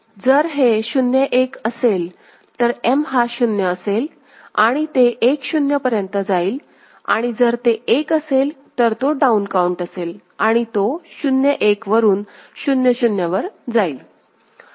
जर हे 0 1 असेल तर M हा 0 असेलआणि ते 1 0 पर्यंत जाईल आणि जर ते 1 असेल तर तो डाउन काउन्ट असेलआणि तो 0 1 वरून 0 0 वर जाईल